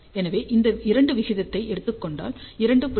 எனவே இந்த இரண்டின் விகிதத்தை எடுத்துக் கொண்டால் 2